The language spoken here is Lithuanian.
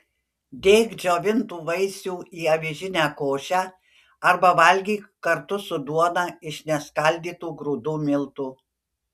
dėk džiovintų vaisių į avižinę košę arba valgyk kartu su duona iš neskaldytų grūdų miltų